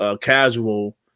Casual